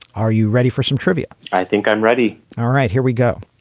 are you ready for some trivia? i think i'm ready. all right. here we go.